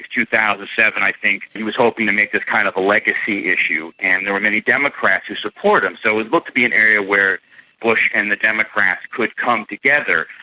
two thousand and seven i think he was hoping to make this kind of a legacy issue, and there were many democrats who support him, so it looked to be an area where bush and the democrats could come together.